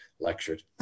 lectured